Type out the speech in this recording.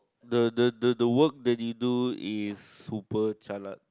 the the the the work that you do is super jialat